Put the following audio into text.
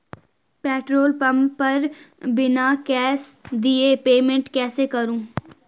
Petrol pump पर बिना cash दिए पेमेंट कैसे करूँ?